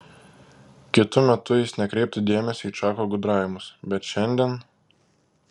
kitu metu jis nekreiptų dėmesio į čako gudravimus bet šiandien